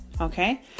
okay